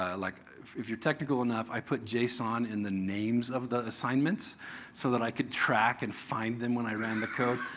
like if you're technical enough, i put jason in the names of the assignments so that i could track and find them when i ran the code.